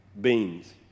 beans